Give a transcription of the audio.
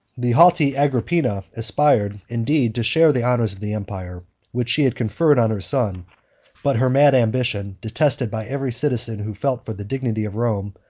the haughty agripina aspired, indeed, to share the honors of the empire which she had conferred on her son but her mad ambition, detested by every citizen who felt for the dignity of rome,